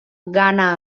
gana